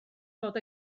dod